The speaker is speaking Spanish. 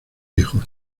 hijos